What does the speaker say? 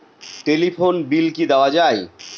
Telephone bill কি দেওয়া যায়?